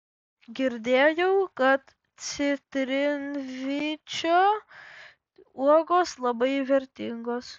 girdėjau kad citrinvyčio uogos labai vertingos